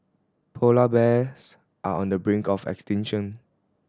polar bears are on the brink of extinction